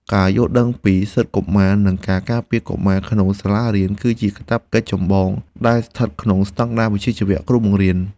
ការយល់ដឹងពីសិទ្ធិកុមារនិងការការពារកុមារក្នុងសាលារៀនគឺជាកាតព្វកិច្ចចម្បងដែលស្ថិតក្នុងស្តង់ដារវិជ្ជាជីវៈគ្រូបង្រៀន។